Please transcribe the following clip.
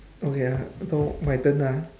okay ya so my turn ah